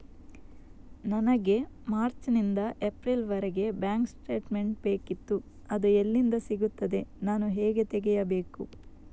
ನನಗೆ ಮಾರ್ಚ್ ನಿಂದ ಏಪ್ರಿಲ್ ವರೆಗೆ ಬ್ಯಾಂಕ್ ಸ್ಟೇಟ್ಮೆಂಟ್ ಬೇಕಿತ್ತು ಅದು ಎಲ್ಲಿಂದ ಸಿಗುತ್ತದೆ ನಾನು ಹೇಗೆ ತೆಗೆಯಬೇಕು?